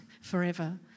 forever